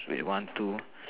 three one two